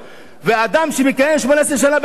אדם שמכהן 18 שנה בתפקיד